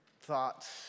thoughts